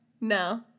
No